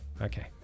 okay